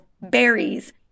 berries